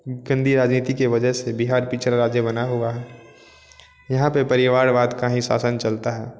गंदी राजनीति के वजह से बिहार पिछड़ा राज्य बना हुआ है यहाँ पर परिवारवाद का ही शासन चलता है